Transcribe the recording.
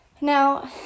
Now